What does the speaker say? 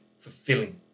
fulfilling